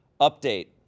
Update